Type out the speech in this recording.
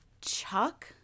Chuck